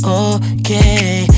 okay